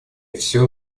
все